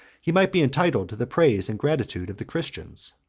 he might be entitled to the praise and gratitude of the christians.